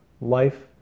life